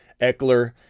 Eckler